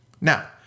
Now